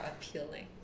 appealing